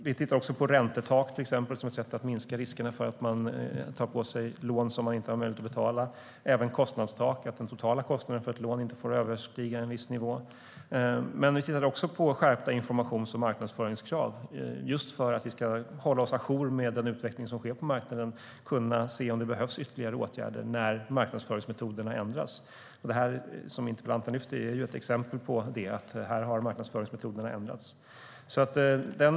Vi tittar till exempel på räntetak som ett sätt att minska riskerna för att ta på sig lån som man inte har möjlighet att betala, och kostnadstak, att den totala kostnaden för ett lån inte får överstiga en viss nivå. Men vi tittar också på skärpta informations och marknadsföringskrav, just för att vi ska hålla oss ajour med den utveckling som sker på marknaden och kunna se om det behövs ytterligare åtgärder när marknadsföringsmetoderna ändras. Det som interpellanten lyfter fram är ett exempel på detta. Här har marknadsföringsmetoderna ändrats.